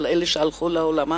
של אלה שהלכו לעולמם,